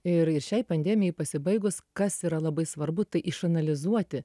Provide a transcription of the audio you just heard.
ir šiai pandemijai pasibaigus kas yra labai svarbu tai išanalizuoti